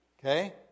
Okay